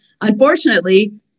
Unfortunately